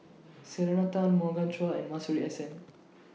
Selena Tan Morgan Chua and Masuri S N